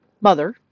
mother